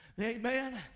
Amen